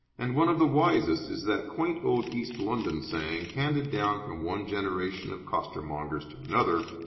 and one of the wisest is that quaint old east london saying, handed down from one generation of costermongers to another,